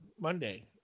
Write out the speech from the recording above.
Monday